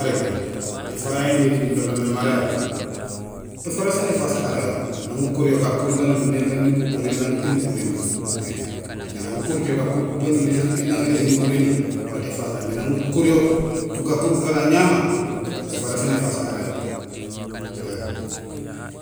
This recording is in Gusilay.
Marégéén, éfara yang yilobé mé mara yo; éfara siin éfaas arayo, nang ukuryo gakuur gaan umimé gaan nikukur yo nang énukurénoom éhé, mé nang ukurut gakur gaan umimé nang léét énukuréni, mat éfasi. Mais nang ukuryo gakur gara añama; éfara siin éfaas arayo éém